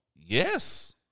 Yes